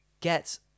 get